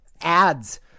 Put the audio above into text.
ads